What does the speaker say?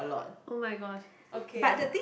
[oh]-my-gosh okay